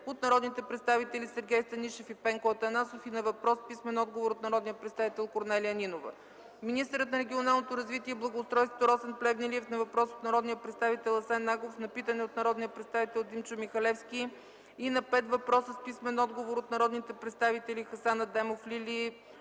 от народните представители Сергей Станишев и Пенко Атанасов и на въпрос с писмен отговор от народния представител Корнелия Нинова; - министърът на регионалното развитие и благоустройството Росен Плевнелиев на въпрос от народния представител Асен Агов и на питане от народния представител Димчо Михалевски и на пет въпроса с писмен отговор от народните представители Хасан Адемов, Лили